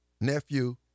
nephew